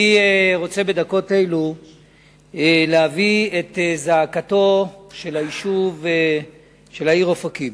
אני רוצה בדקות אלו להביא את זעקתה של העיר אופקים,